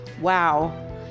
Wow